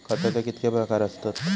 खताचे कितके प्रकार असतत?